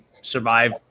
survive